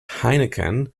heineken